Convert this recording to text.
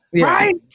right